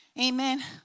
Amen